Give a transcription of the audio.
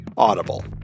audible